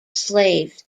slaves